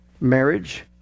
Marriage